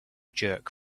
jerk